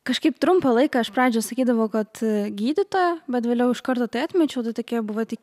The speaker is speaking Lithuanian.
kažkaip trumpą laiką iš pradžių sakydavau kad gydytoja bet vėliau iš karto tai atmečiau tai tokie buvo tik